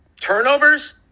turnovers